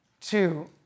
Two